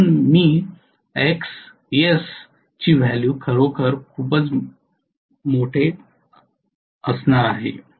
म्हणून मी Xs ची व्हॅल्यू खरोखर खूपच मोठे असणार आहे